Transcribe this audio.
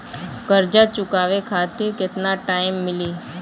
कर्जा चुकावे खातिर केतना टाइम मिली?